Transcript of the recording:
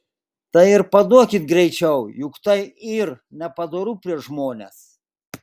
tai ir paduokit greičiau juk taip yr nepadoru prieš žmones